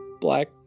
black